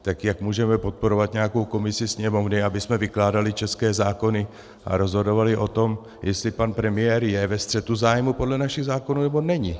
Tak jak můžeme podporovat nějakou komisi Sněmovny, abychom vykládali české zákony a rozhodovali o tom, jestli pan premiér je ve střetu zájmů podle našich zákonů, nebo není?